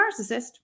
narcissist